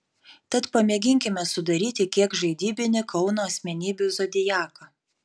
tad pamėginkime sudaryti kiek žaidybinį kauno asmenybių zodiaką